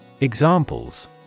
Examples